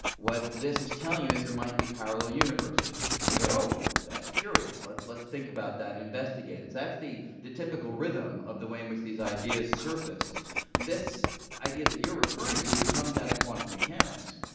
what this is telling you is there might be parallel universes. and we say, oh, that's curious. let's let's think about that, investigate it. so that's the the typical rhythm of the way in which these ideas surface this idea that you're referring to comes out of quantum mechanics,